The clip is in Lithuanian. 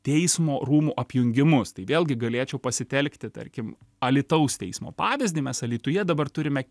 teismo rūmų apjungimus tai vėlgi galėčiau pasitelkti tarkim alytaus teismo pavyzdį mes alytuje dabar turime